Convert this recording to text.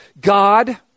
God